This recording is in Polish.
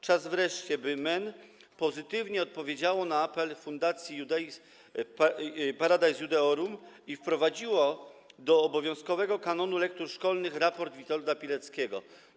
Czas wreszcie, by MEN pozytywnie odpowiedziało na apel Fundacji Paradis Judaeorum i wprowadziło do obowiązkowego kanonu lektur szkolnych raport Witolda Pileckiego.